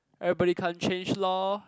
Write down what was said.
everybody can't change lor